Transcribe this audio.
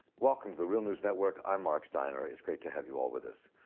welcome to the real news network. i'm marc steiner. it's great to have you all with us.